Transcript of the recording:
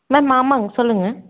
ma'am ஆமாங்க சொல்லுங்க